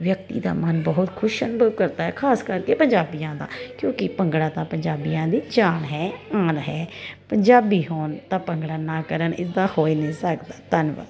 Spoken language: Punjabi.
ਵਿਅਕਤੀ ਦਾ ਮਨ ਬਹੁਤ ਖੁਸ਼ ਅਨੁਭਵ ਕਰਦਾ ਖਾਸ ਕਰਕੇ ਪੰਜਾਬੀਆਂ ਦਾ ਕਿਉਂਕਿ ਭੰਗੜਾ ਤਾਂ ਪੰਜਾਬੀਆਂ ਦੇ ਜਾਨ ਹੈ ਆਨ ਹੈ ਪੰਜਾਬੀ ਹੋਣ ਤਾਂ ਭੰਗੜਾ ਨਾ ਕਰਨ ਇਸਦਾ ਹੋਈ ਨੀ ਸਕਦਾ ਧੰਨਵਾਦ